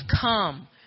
come